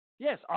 Yes